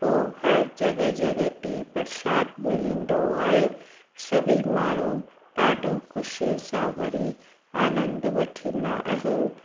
पोइ हर जॻहि जॻहि ते परसाद मिलंदो आहे सभी माण्हू ॾाढो ख़ुशी सां वरी आनंद वठंदा आहिनि